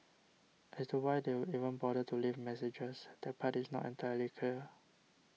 as to why they would even bother to leave messages that part is not entirely clear